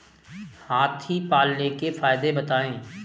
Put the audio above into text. हाथी पालने के फायदे बताए?